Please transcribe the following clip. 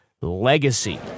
Legacy